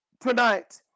tonight